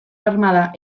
armada